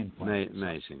Amazing